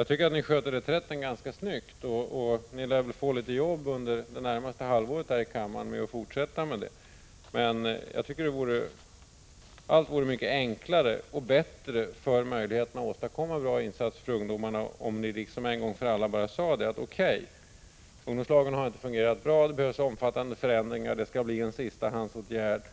Jag tycker att ni sköter reträtten ganska snyggt, men ni lär väl få litet jobb här i kammaren under det närmaste halvåret. Men allt vore mycket enklare och bättre när det gäller att göra en bra insats för ungdomarna, om ni en gång för alla sade: O. K., ungdomslagen har inte fungerat bra, det behövs omfattande förändringar, varför det här skall bli en sistahandsåtgärd. En